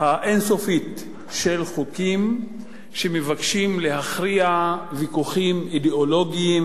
האין-סופית של חוקים שמבקשים להכריע ויכוחים אידיאולוגיים